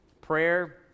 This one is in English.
Prayer